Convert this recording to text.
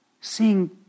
seeing